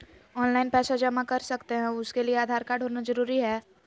Online पैसा जमा कर सकते हैं उसके लिए आधार कार्ड होना जरूरी है?